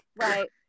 Right